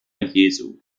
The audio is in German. jesu